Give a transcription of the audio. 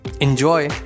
Enjoy